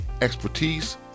expertise